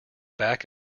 back